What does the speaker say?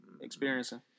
experiencing